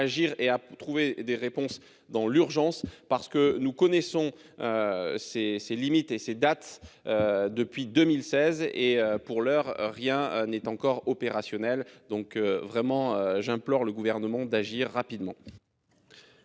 et à trouver des réponses dans l'urgence parce que nous connaissons. Ses, ses limites et ses dates. Depuis 2016 et pour l'heure rien n'est encore opérationnel. Donc vraiment j'implore le gouvernement d'agir rapidement.